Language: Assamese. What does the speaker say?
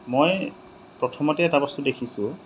মই প্ৰথমতে এটা বস্তু দেখিছোঁ